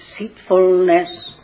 deceitfulness